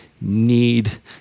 need